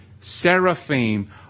Seraphim